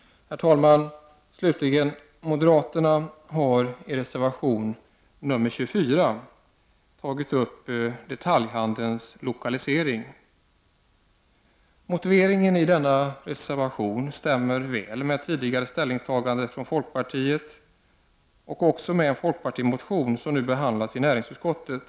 Herr talman! Moderaterna har slutligen i reservation nr 24 tagit upp detaljhandelns lokalisering. Motiveringen i den reservationen stämmer väl med tidigare ställningstagande från folkpartiet och med en folkpartimotion som nu behandlas i näringsutskottet.